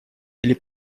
или